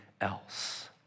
else